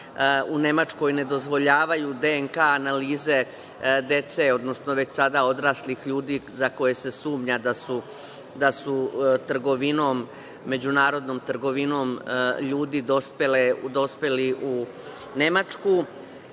u Nemačkoj ne dozvoljavaju DNK analize dece, odnosno već sada odraslih ljudi za koje se sumnja da su međunarodnom trgovinom ljudi dospeli u Nemačku. Takođe,